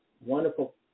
wonderful